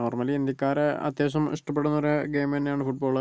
normally ഇന്ത്യക്കാര് അത്യാവശ്യം ഇഷ്ടപ്പെടുന്നൊര് ഗെയിം തന്നെയാണ് ഫുട്ബോൾ